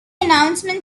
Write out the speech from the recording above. announcement